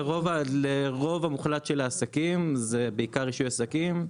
לרוב המוחלט של העסקים זה בעיקר רישוי עסקים.